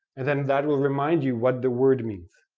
and then that will remind you what the word means,